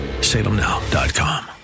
Salemnow.com